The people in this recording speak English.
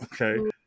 Okay